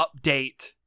update